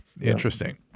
Interesting